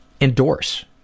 endorse